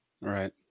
Right